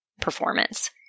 performance